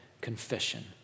confession